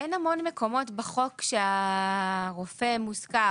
אין המון מקומות בחוק שהרופא מוזכר,